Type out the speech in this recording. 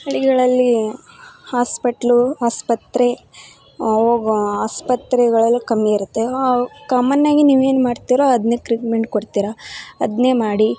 ಹಳ್ಳಿಗಳಲ್ಲಿ ಹಾಸ್ಪೆಟ್ಲು ಆಸ್ಪತ್ರೆ ಹೋಗೋ ಆಸ್ಪತ್ರೆಗಳಲ್ಲಿ ಕಮ್ಮಿ ಇರುತ್ತೆ ಕಾಮನ್ನಾಗಿ ನೀವು ಏನ್ಮಾಡ್ತಿರೋ ಅದನ್ನೆ ಟ್ರೀಟ್ಮೆಂಟ್ ಕೊಡ್ತೀರ ಅದನ್ನೆ ಮಾಡಿ